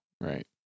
right